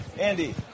andy